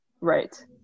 right